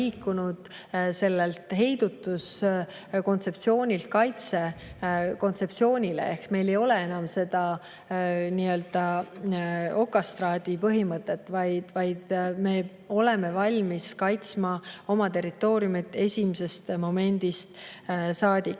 liikunud heidutuskontseptsioonilt kaitsekontseptsioonile. Meil ei ole enam seda nii-öelda okastraadi põhimõtet, vaid me oleme valmis kaitsma oma territooriumi esimesest momendist saadik.